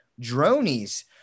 dronies